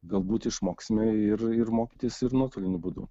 galbūt išmoksime ir ir mokytis ir nuotoliniu būdu